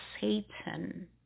Satan